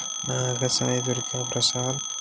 Nagasai Durga Prasad